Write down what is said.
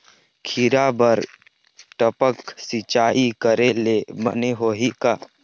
खिरा बर टपक सिचाई करे ले बने होही का?